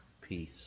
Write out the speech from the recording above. peace